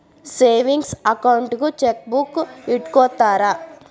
savings ಅಕೌಂಟಿಗೂ chequebook ಇಟ್ಟ್ಕೊತ್ತರ